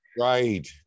Right